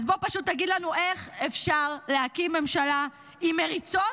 אז בוא פשוט תגיד לנו איך אפשר להקים ממשלה עם מריצות